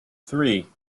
three